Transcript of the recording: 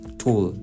tool